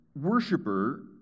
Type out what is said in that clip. worshiper